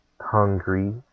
hungry